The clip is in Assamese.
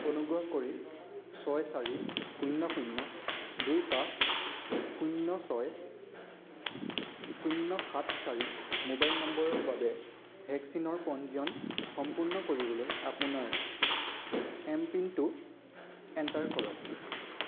অনুগ্ৰহ কৰি ছয় চাৰি শূন্য শূন্য দুই পাঁচ শূন্য ছয় শূন্য সাত চাৰি ম'বাইল নম্বৰৰ বাবে ভেকচিনৰ পঞ্জীয়ন সম্পূৰ্ণ কৰিবলৈ আপোনাৰ এম পিনটো এণ্টাৰ কৰক